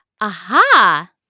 Aha